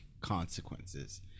consequences